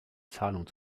zahlung